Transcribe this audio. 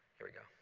here we go.